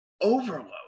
overload